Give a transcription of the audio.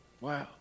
Wow